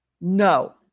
no